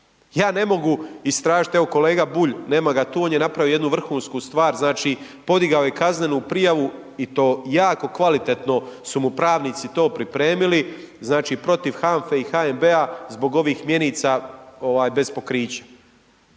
Ja ne mogu istražiti, evo kolega Bulj, nema ga tu, on je napravio jednu vrhunsku stvar, znači podigao je kaznenu prijavu i to jako kvalitetno su mu pravnici to pripremili, znači protiv HANFA-e i HNB-a zbog ovih mjenica bez pokrića.